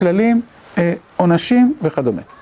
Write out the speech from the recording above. כללים, עונשים וכדומה.